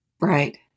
Right